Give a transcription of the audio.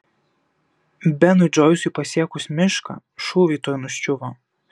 benui džoisui pasiekus mišką šūviai tuoj nuščiuvo